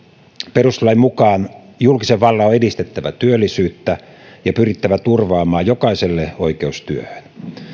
perustuslain mukaan julkisen vallan on edistettävä työllisyyttä ja pyrittävä turvaamaan jokaiselle oikeus työhön